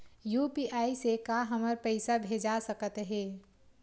UPI से का हमर पईसा भेजा सकत हे?